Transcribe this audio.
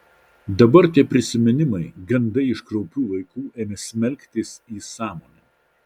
dabar tie prisiminimai gandai iš kraupių laikų ėmė smelktis į sąmonę